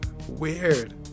Weird